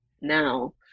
now